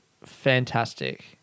fantastic